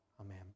Amen